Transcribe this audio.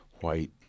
white